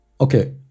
Okay